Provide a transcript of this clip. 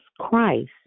Christ